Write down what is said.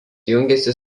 jungiasi